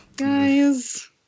Guys